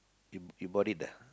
you you bought it ah